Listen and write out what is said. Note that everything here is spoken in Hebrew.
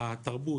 התרבות,